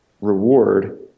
reward